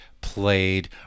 played